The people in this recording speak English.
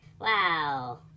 Wow